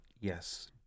Yes